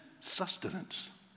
sustenance